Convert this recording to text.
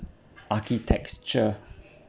architecture